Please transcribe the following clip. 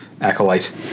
Acolyte